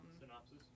Synopsis